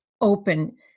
open